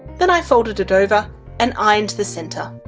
then i folded it over and ironed the center.